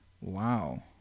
Wow